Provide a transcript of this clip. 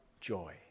joy